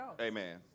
Amen